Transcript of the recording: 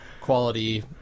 quality